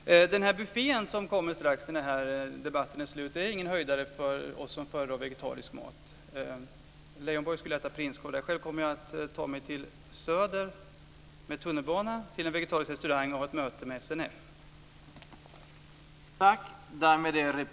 Den buffé som kommer strax när debatten är slut är ingen höjdare för oss som föredrar vegetarisk mat. Leijonborg skulle äta prinskorv. Själv kommer jag att ta mig till Söder med tunnelbanan till en vegetarisk restaurang och ha ett möte med SNF.